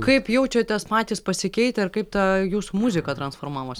kaip jaučiatės patys pasikeitę ir kaip ta jūsų muzika transformavosi